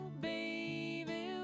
baby